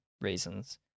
reasons